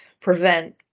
prevent